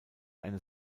eine